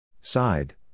Side